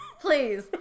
please